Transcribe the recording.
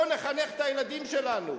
בואו נחנך את הילדים שלנו,